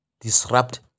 Disrupt